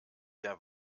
der